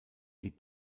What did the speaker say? die